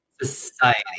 Society